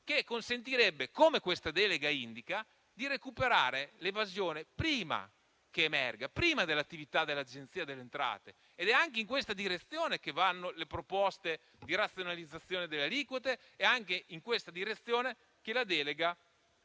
che consentirebbe, come indica questo disegno di legge delega, di recuperare l'evasione prima che emerga, prima dell'attività dell'Agenzia delle entrate. È anche in questa direzione che vanno le proposte di razionalizzazione delle aliquote e in questa direzione va il disegno